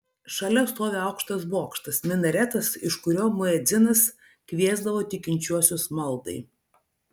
šalia stovi aukštas bokštas minaretas iš kurio muedzinas kviesdavo tikinčiuosius maldai